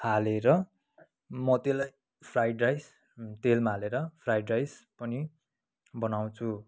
हालेर म त्यसलाई फ्राइड राइस तेलमा हालेर फ्राइड राइस पनि बनाउँछु